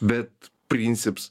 bet princips